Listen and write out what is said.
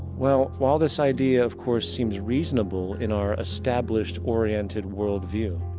well, while this idea of course seems reasonable in our established oriented world view,